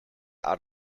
out